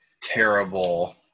terrible